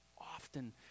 often